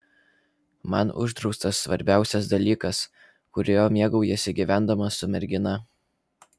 man uždraustas svarbiausias dalykas kuriuo mėgaujiesi gyvendamas su mergina